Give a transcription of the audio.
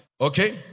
okay